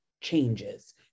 changes